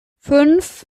fünf